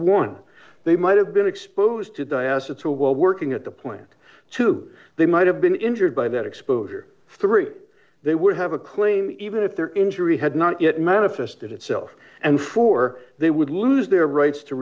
one they might have been exposed to die assets while working at the plant two they might have been injured by that exposure three they would have a claim even if their injury had not yet manifested itself and for they would lose their rights to